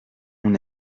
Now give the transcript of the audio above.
mon